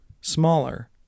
smaller